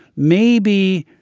maybe,